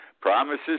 promises